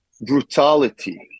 brutality